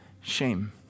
shame